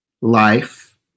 life